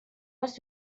les